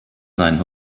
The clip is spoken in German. seinen